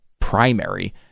primary